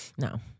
No